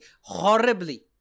horribly